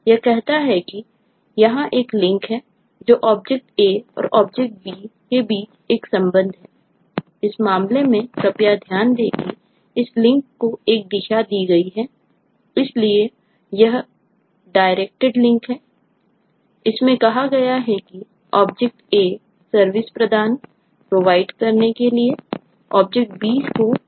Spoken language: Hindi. यह कहता है कि यहां एक लिंक करने के लिए ऑब्जेक्ट B को अनुरोध कर रहा है